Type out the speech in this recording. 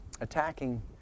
attacking